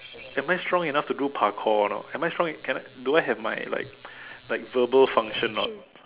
am I strong enough to do parkour lor am I strong eh can I do I have my like my verbal function not